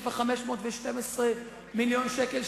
שהוסיפה 512 מיליון שקל,